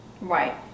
Right